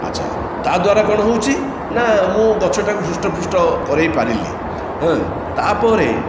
ଆଛା ତା ଦ୍ୱାରା କଣ ହେଉଛି ନା ମୁଁ ଗଛଟାକୁ ହୃଷ୍ଟପୃଷ୍ଟ କରେଇପାରିଲି ତାପରେ